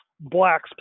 Black's